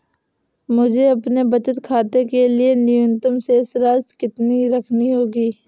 मुझे अपने बचत खाते के लिए न्यूनतम शेष राशि कितनी रखनी होगी?